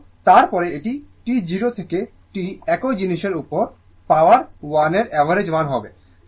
এবং তারপরে এটি T 0 থেকে T একই জিনিসের উপর পাওয়ার 1 এর অ্যাভারেজ মান হবে